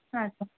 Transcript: ಹಾಂ ಸರ್